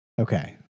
Okay